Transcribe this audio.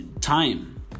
time